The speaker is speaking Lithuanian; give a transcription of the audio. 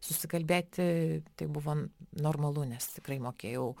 susikalbėti tai buvo normalu nes tikrai mokėjau